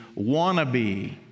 wannabe